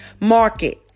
market